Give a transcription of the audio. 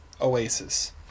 Oasis